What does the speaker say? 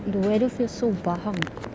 the weather feels so bahang